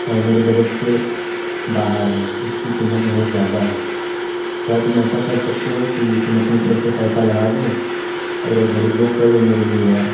اور میرے بجٹ سے باہر ہے اس کی قیمت بہت زیادہ ہے کیا تم ایسا کر سکتے ہو کہ تم اپنی طرف سے پیسہ لگا دو اور وہ گھڑی بک کر دو میرے لیے یار